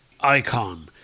icon